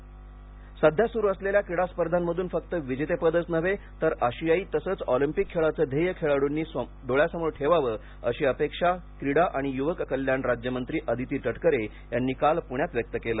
क्रीडा रुपर्धा सध्या सुरू असलेल्या क्रीडा स्पर्धांमधून फक्त विजेतेपदच नव्हे तर आशियायी तसेच ऑलिम्पिक खेळाचे ध्येय खेळाडूंनी डोळ्यासमोर ठेवावं अशी अपेक्षा क्रीडा आणि युवक कल्याण राज्यमंत्री अदिती तटकरे यांनी काल पुण्यात व्यक्त केली